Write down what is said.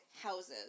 houses